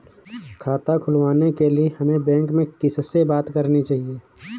खाता खुलवाने के लिए हमें बैंक में किससे बात करनी चाहिए?